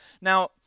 Now